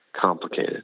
complicated